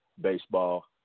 baseball